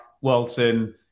Walton